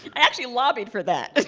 i actually lobbied for that.